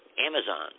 Amazon